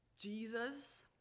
Jesus